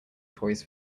toys